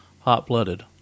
hot-blooded